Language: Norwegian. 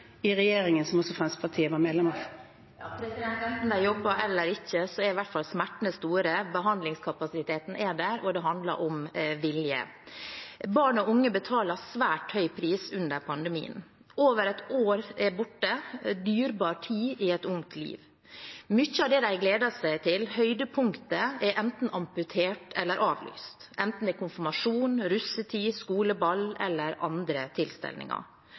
i regjeringen – som også Fremskrittspartiet var medlem av. Sylvi Listhaug – til oppfølgingsspørsmål. Enten de jobber eller ikke, er i hvert fall smertene store, behandlingskapasiteten er der, og det handler om vilje. Barn og unge betaler en svært høy pris under pandemien. Over et år er borte – dyrebar tid i et ungt liv. Mye av det de har gledet seg til, høydepunkter, er enten amputert eller avlyst, enten det er konfirmasjon, russetid, skoleball eller andre